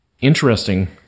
interesting